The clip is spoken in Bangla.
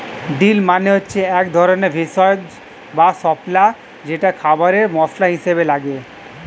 ডিল মানে হচ্ছে একধরনের ভেষজ বা স্বল্পা যেটা খাবারে মসলা হিসেবে লাগে